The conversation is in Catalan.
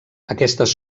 aquestes